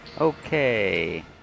Okay